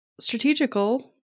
strategical